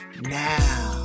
now